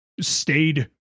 stayed